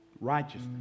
righteousness